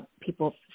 people